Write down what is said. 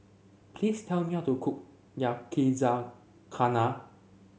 please tell me how to cook Yakizakana